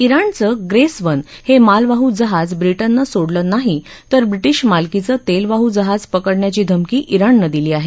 इराणचं Grace one हे मालवाडू जहाज ब्रिटन ने सोडलं नाही तर ब्रिटीश मालकीचं तेलवाडू जहाज पकडण्याची धमकी इराणने दिली आहे